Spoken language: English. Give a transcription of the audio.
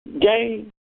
game